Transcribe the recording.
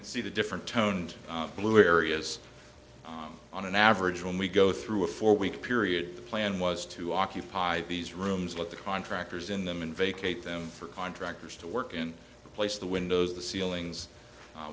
and see the different tone and blue areas on an average when we go through a four week period the plan was to occupy these rooms with the contractors in them and vacate them for contractors to work in the place the windows the ceilings